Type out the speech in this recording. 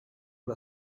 the